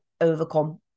overcome